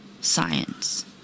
science